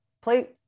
play